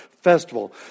festival